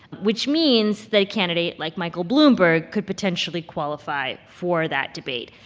which means that a candidate like michael bloomberg could potentially qualify for that debate.